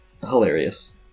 hilarious